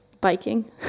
biking